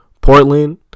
Portland